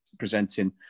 presenting